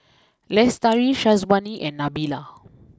Lestari Syazwani and Nabila